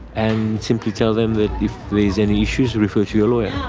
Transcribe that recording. and simply tell them that if there's any issues, refer to your lawyer.